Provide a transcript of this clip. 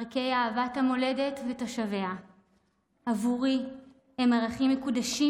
ערכי אהבת המולדת ותושביה עבורי הם ערכים מקודשים,